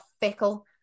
fickle